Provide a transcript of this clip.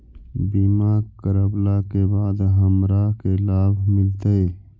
बीमा करवला के बाद हमरा का लाभ मिलतै?